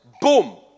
boom